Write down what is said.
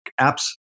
Apps